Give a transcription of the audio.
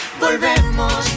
volvemos